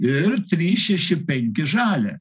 ir trys šeši penki žalia